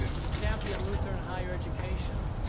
to champion lutheran higher education,